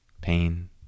Pain